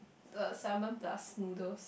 the salmon plus noodles